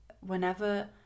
whenever